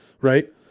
right